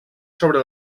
sobre